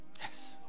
Yes